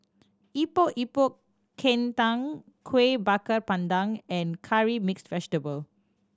Epok Epok Kentang Kueh Bakar Pandan and Curry Mixed Vegetable